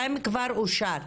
כבר אושר.